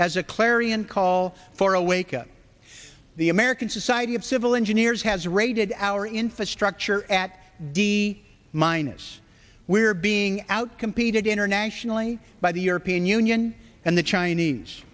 resolution as a clarion call for a wake up the american society of civil engineers has rated our infrastructure at d c minus we're being out competed internationally by the european union and the chinese